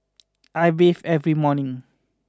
I bathe every morning